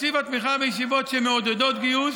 תקציב התמיכה בישיבות שמעודדות גיוס